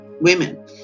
women